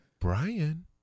Brian